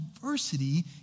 diversity